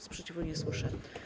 Sprzeciwu nie słyszę.